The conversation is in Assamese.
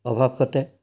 অভাৱ ঘটে